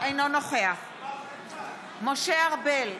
אינו נוכח משה ארבל,